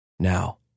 Now